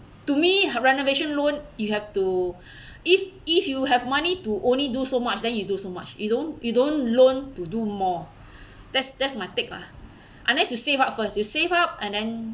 to me renovation loan you have to if if you have money to only do so much then you do so much you don't you don't loan to do more that's that's my take lah unless you save up first you save up and then